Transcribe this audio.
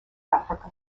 africa